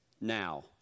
now